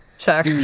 check